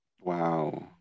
Wow